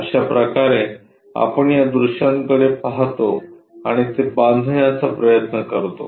अशा प्रकारे आपण या दृश्यांकडे पाहतो आणि ते बांधण्याचा प्रयत्न करतो